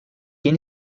yeni